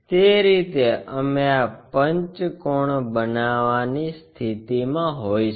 તે રીતે અમે આ પંચકોણ બનાવવાની સ્થિતિમાં હોઈશું